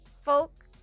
folk